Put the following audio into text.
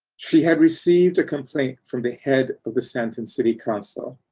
she had received a complaint from the head of the sandton city council.